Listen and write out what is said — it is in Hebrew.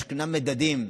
יש מדדים,